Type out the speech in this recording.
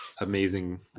amazing